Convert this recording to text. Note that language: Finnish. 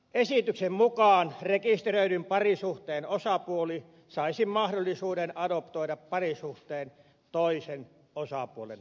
esityksen mukaan rekisteröidyn parisuhteen osapuoli saisi mahdollisuuden adoptoida parisuhteen toisen osapuolen lapsen